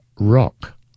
rock